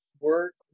Work